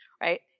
right